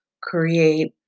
create